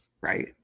Right